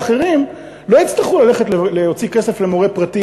אחרים לא יצטרכו ללכת להוציא כסף על מורה פרטי,